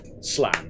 slam